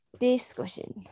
Discussion